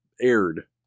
aired